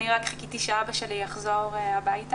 אני רק חיכיתי שאבא שלי יחזור הביתה,